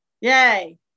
yay